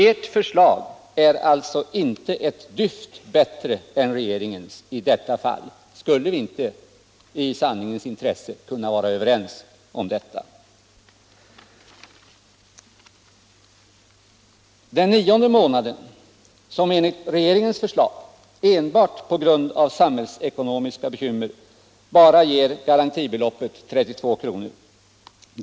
Ert förslag är alltså inte ett dyft bättre än regeringens i detta fall. Skulle vi inte i sanningens intresse kunna vara överens om detta? Den nionde månaden, som enligt regeringens förslag enbart på grund av samhällsekonomiska bekymmer bara ger garantibeloppet 32 kr.